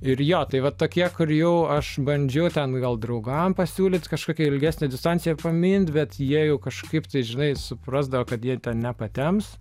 ir jo tai vat tokie kur jau aš bandžiau ten gal draugam pasiūlyt kažkokią ilgesnę distanciją pamint bet jie jau kažkaip tai žinai suprasdavo kad jie ten nepatemps